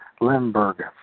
Limburg